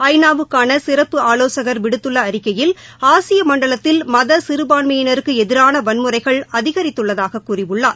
ஐ நா வுக்கான சிறப்பு ஆலோசகள் விடுத்துள்ள அறிக்கையில் ஆசிய மண்டலத்தில் மத சிறுபான்மையினருக்கு எதிரான வன்முறைகள் அதிகரித்துள்ளதாகக் கூறியுள்ளார்